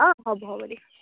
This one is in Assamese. অঁ হ'ব হ'ব দিয়া